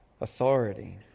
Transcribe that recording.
authority